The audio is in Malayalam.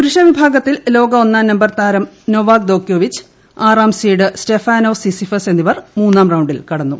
പുരുഷ വിഭാഗ്ത്തിൽ ലോക ഒന്നാം നമ്പർ താരം നൊവാക്ക് ദ്യോക്കോവിച്ച് ആറാം സീഡ് സ്റ്റെഫാനോസ് സിസിഫെസ് എന്നിവർ മൂന്നാക്റൌങ്ടിൽ കടന്നു